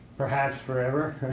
perhaps, forever